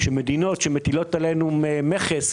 שמדינות שמטילות עלינו מכס,